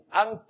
ang